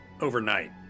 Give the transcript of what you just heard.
overnight